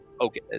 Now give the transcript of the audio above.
okay